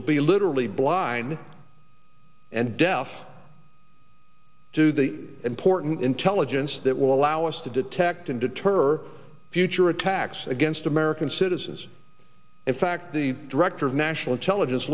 ill be literally blind and deaf to the important intelligence that will allow us to detect and deter future attacks against american citizens in fact the director of national intelligence